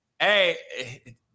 Hey